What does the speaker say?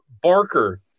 Barker